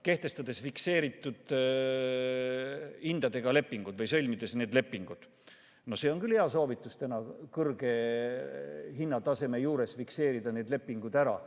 sõlmides fikseeritud hindadega lepingud. No see on küll hea soovitus: praeguse kõrge hinnataseme juures fikseerida need lepingud ära.